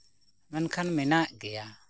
ᱢᱮᱱᱠᱷᱟᱱ ᱢᱮᱱᱟᱜ ᱜᱮᱭᱟ